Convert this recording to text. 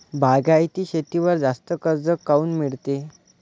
बागायती शेतीवर जास्त कर्ज काऊन मिळते?